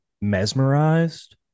mesmerized